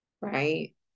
right